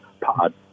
pod